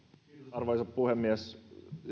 arvoisa puhemies